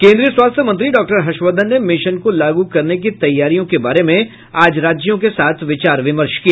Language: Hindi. केन्द्रीय स्वास्थ्य मंत्री डॉक्टर हर्षवर्धन ने मिशन को लागू करने की तैयारियों के बारे में आज राज्यों के साथ विचार विमर्श किया